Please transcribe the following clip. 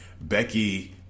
Becky